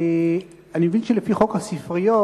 אני מבין שלפי חוק הספריות,